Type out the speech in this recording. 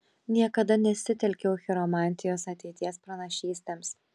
niekada nesitelkiau chiromantijos ateities pranašystėms